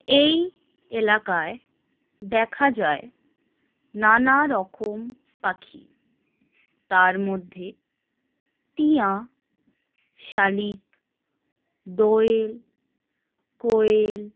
এই এলাকায় দেখা যায় নানা রকম পাখি তার মধ্যে টিয়া শালিক দোয়েল কোয়েল